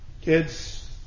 Kids